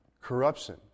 corruption